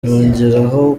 yongeraho